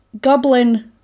Goblin